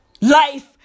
Life